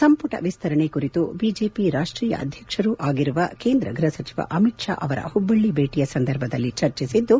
ಸಂಪುಟ ವಿಸ್ತರಣೆ ಕುರಿತು ಬಿಜೆಪಿ ರಾಷ್ಷೀಯ ಅಧ್ಯಕ್ಷರೂ ಆಗಿರುವ ಕೇಂದ್ರ ಗೃಪ ಸಚಿವ ಅಮಿತ್ ಪಾ ಅವರ ಹುಬ್ಬಳ್ಳಿ ಭೇಟಿ ಸಂದರ್ಭದಲ್ಲಿ ಚರ್ಚಿಸಿದ್ದು